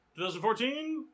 2014